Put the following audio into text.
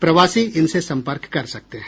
प्रवासी इनसे संपर्क कर सकते हैं